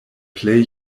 plej